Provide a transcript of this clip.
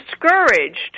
discouraged